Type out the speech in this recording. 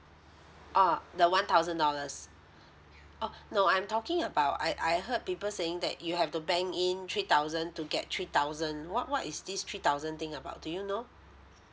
uh the one thousand dollars uh no I'm talking about I I heard people saying that you have to bank in three thousand to get three thousand what what is this three thousand thing about do you know